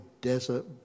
desert